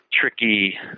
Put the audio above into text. tricky